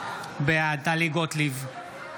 בעד טלי גוטליב,